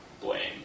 blame